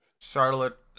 Charlotte